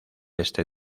este